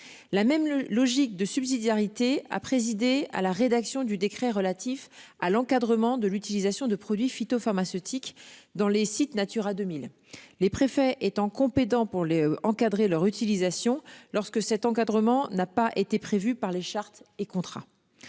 la même logique de subsidiarité a présidé à la rédaction du décret relatif à l'encadrement de l'utilisation de produits phytopharmaceutiques dans les sites Natura 2000, les préfets étant compétent pour les encadrer leur utilisation lorsque cet encadrement n'a pas été prévu par les chartes et contraint.